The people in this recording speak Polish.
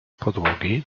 podłogi